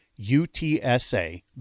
UTSA